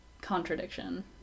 contradiction